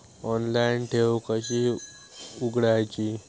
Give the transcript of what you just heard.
Online ठेव कशी उघडायची?